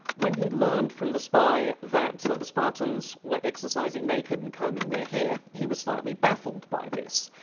when he learned from the spy that so the spartans were exercising naked and combing their hair he was slightly baffled by this,